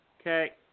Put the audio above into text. Okay